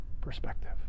perspective